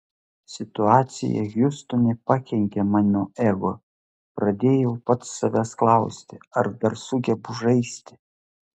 situacija hjustone pakenkė mano ego pradėjau pats savęs klausti ar dar sugebu žaisti